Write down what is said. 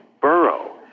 burrow